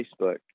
Facebook